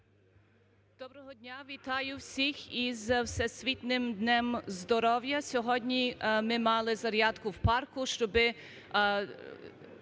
Доброго дня! Вітаю всіх із Всесвітнім днем здоров'я. Сьогодні ми мали зарядку в парку, щоб